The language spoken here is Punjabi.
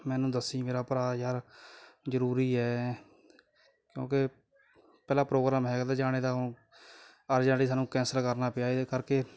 ਮੈਨੂੰ ਦੱਸੀਂ ਮੇਰਾ ਭਰਾ ਯਾਰ ਜ਼ਰੂਰੀ ਹੈ ਕਿਉਂਕਿ ਪਹਿਲਾ ਪ੍ਰੋਗਰਾਮ ਹੈਗਾ ਤਾਂ ਜਾਣੇ ਦਾ ਊਂ ਅਰਜੈਟਲੀ ਸਾਨੂੰ ਕੈਂਸਲ ਕਰਨਾ ਪਿਆ ਇਹਦੇ ਕਰਕੇ